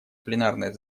пленарное